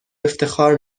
افتخار